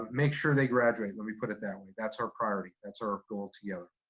um make sure they graduate. let me put it that way, that's our priority, that's our goal together.